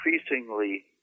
increasingly